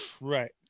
right